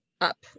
up